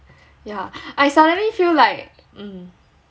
yeah I suddenly feel like mm